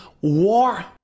war